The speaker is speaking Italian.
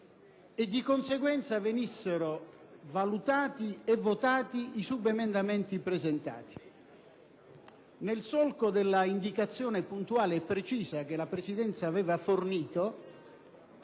e di conseguenza venissero valutati e votati i subemendamenti presentati. Nel solco dell'indicazione puntuale e precisa che la Presidenza aveva fornito,